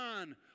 on